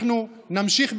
אנחנו נמשיך,